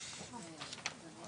במשרד.